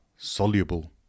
soluble